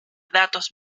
datos